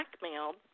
blackmailed